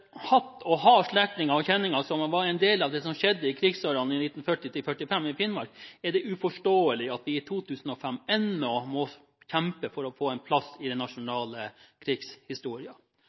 hatt og har slektninger og kjenninger som var en del av det som skjedde i krigsårene 1940–1945 i Finnmark, er det uforståelig at vi i 2015 ennå må kjempe for å få en plass i den nasjonale